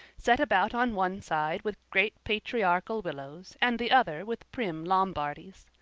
set about on one side with great patriarchal willows and the other with prim lombardies.